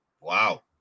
wow